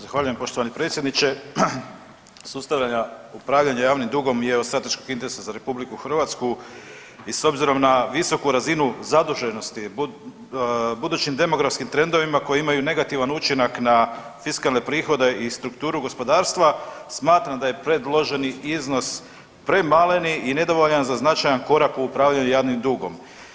Zahvaljujem poštovani predsjedniče. ... upravljanja javnim dugom je od strateškog interesa za RH i s obzirom na visoku razinu zaduženosti budućim demografskim trendovima koji imaju negativan učinak na fiskalne prihode i strukturu gospodarstva, smatram da je predloženi iznos premaleni i nedovoljan za značajan korak u upravljanju javnim dugom.